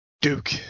Duke